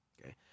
okay